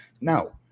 Now